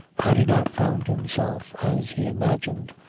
had he not found himself, as he imagined,